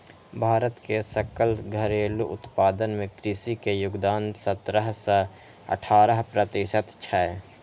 भारत के सकल घरेलू उत्पादन मे कृषि के योगदान सतरह सं अठारह प्रतिशत छै